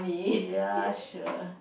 yeah sure